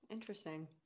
Interesting